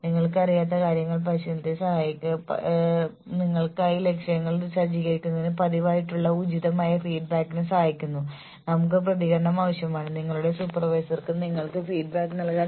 നിങ്ങൾക്ക് ബോണസ് പ്രോഗ്രാമുകളും lump sum പേയ്മെന്റുകളും ഉണ്ടാകാം അത് ഒരു തവണ നിങ്ങൾക്ക് മൂർത്തമായ സമ്മാനങ്ങളായ അവാർഡുകൾ നേടാം